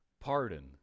Pardon